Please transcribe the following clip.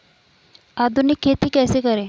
आधुनिक खेती कैसे करें?